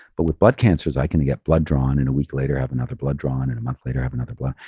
but with blood cancers, i can get blood drawn and a week later i have another blood drawn and a month later i have another blood,